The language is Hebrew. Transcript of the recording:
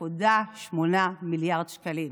1.8 מיליארד שקלים,